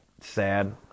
sad